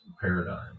paradigm